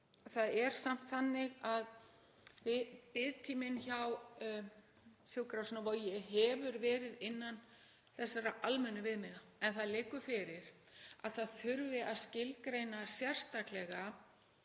Það er samt þannig að biðtíminn hjá sjúkrahúsinu á Vogi hefur verið innan þessara almennu viðmiða. En það liggur fyrir að það þurfi að skilgreina sérstaklega